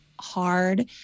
hard